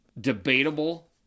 debatable